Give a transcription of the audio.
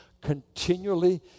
continually